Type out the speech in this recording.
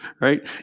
right